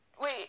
Wait